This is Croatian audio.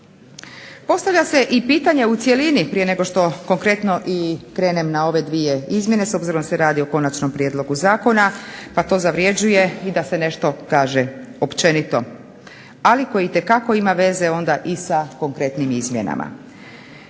postavlja se i pitanje u cjelini prije nego što konkretno i krenem na ove dvije izmjene s obzirom da se radi o konačnom prijedlogu zakona pa to zavrjeđuje i da se nešto kaže općenito, ali koji itekako ima veze onda i sa konkretnim izmjenama.